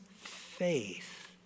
faith